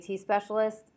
specialist